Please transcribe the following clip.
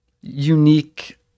unique